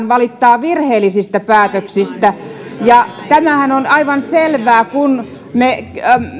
valittaa virheellisistä päätöksistä tämähän on aivan selvää kun me